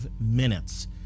minutes